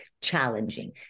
challenging